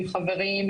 עם חברים,